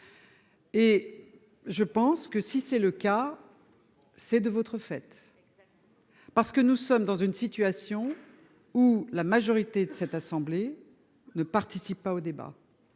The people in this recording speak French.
Et je pense que si c'est le cas. C'est de votre fait. Parce que nous sommes dans une situation où la majorité de cette assemblée ne participe pas au débat.